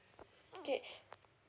okay